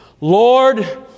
Lord